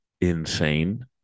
insane